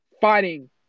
fighting